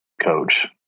coach